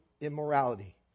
immorality